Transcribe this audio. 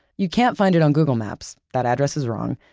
you can't find it on google maps, that address is wrong.